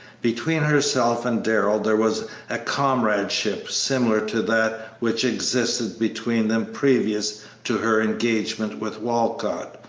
between herself and darrell there was a comradeship similar to that which existed between them previous to her engagement with walcott,